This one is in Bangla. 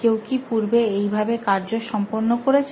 কেউ কি পূর্বে এইভাবে কার্য সম্পন্ন করেছে